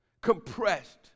compressed